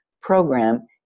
program